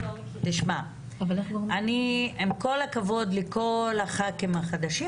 עם כל הכבוד לכל הח"כים החדשים,